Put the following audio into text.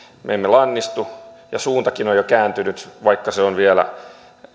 me emme lannistu ja suuntakin on jo kääntynyt vaikka on vielä